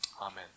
Amen